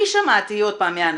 אני שמעתי, עוד פעם מאנשים,